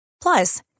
Plus